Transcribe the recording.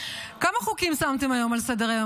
כמה חוקים שמתם היום על סדר-היום,